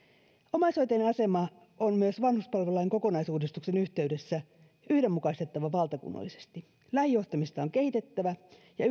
omaishoitajien asema on myös vanhuspalvelulain kokonaisuudistuksen yhteydessä yhdenmukaistettava valtakunnallisesti lähijohtamista on kehitettävä ja